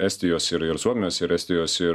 estijos ir ir suomijos ir estijos ir